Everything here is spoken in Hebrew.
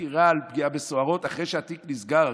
חקירה על פגיעה בסוהרות אחרי שהתיק נסגר.